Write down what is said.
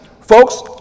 Folks